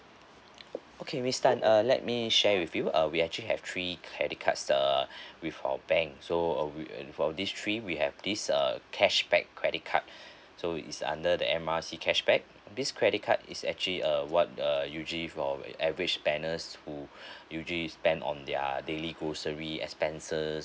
okay miss tan uh let me share with you uh we actually have three credit cards err with our bank so uh we err for these three we have this err cashback credit card so is under the M R C cashback this credit card is actually err what err usually if your average spenders who usually spend on their daily grocery expenses